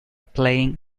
playing